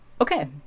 Okay